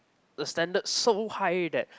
the standard so high that